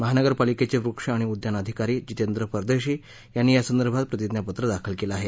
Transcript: महानगरपालिकेचे वृक्ष आणि उद्यान अधिकारी जितेंद्र परदेशी यांनी यासंदर्भात प्रतिज्ञापत्र दाखल केलं आहे